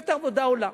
מפלגת העבודה עולה.